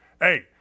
Hey